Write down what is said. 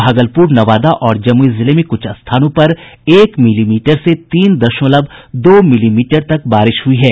भागलपुर नवादा और जमुई जिले में कुछ स्थानों पर एक मिलीमीटर से तीन दशमलव दो मिलीमीटर तक बारिश हुई है